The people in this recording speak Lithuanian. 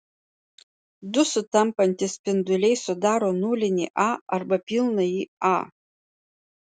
du sutampantys spinduliai sudaro nulinį a arba pilnąjį a